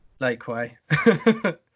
Lakeway